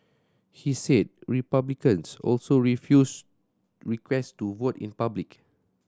he said Republicans also refused request to vote in public